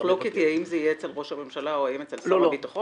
המחלוקת היא האם זה יהיה אצל ראש הממשלה או האם אצל שר הביטחון?